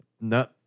No